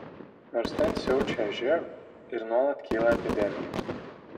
nors ten siaučia živ ir nuolat kyla epidemijų